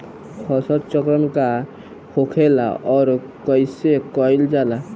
फसल चक्रण का होखेला और कईसे कईल जाला?